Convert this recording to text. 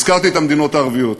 הזכרתי את המדינות הערביות,